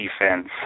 defense